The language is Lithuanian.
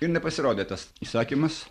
ir nepasirodė tas įsakymas